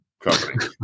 company